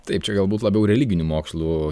taip čia galbūt labiau religinių mokslų